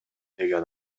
деген